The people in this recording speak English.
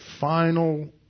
final